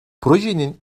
projenin